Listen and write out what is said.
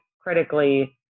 critically